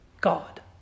God